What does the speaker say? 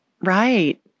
right